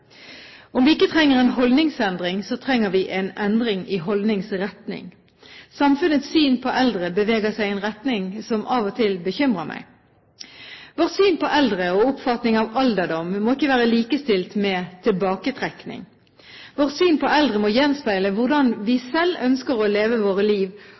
Om vi ikke trenger en holdningsendring, så trenger vi en endring i holdningsretning. Samfunnets syn på eldre beveger seg i en retning som av og til bekymrer meg. Vårt syn på eldre og oppfatningen av alderdom må ikke være likestilt med tilbaketrekning. Vårt syn på eldre må gjenspeile hvordan vi selv ønsker å leve vårt liv,